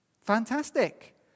fantastic